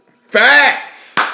Facts